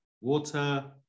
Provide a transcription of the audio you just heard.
water